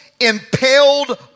impaled